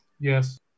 Yes